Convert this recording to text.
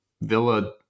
Villa